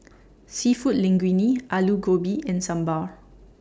Seafood Linguine Alu Gobi and Sambar